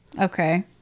okay